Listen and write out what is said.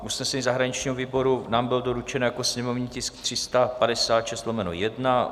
Usnesení zahraničního výboru nám bylo doručeno jako sněmovní tisk 356/1.